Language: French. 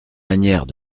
manières